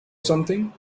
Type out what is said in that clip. something